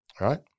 right